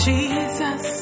Jesus